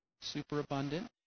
superabundant